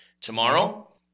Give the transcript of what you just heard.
Tomorrow